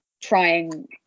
trying